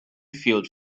field